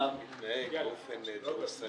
הפעם אתה מתנהג באופן דורסני.